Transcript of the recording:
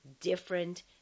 different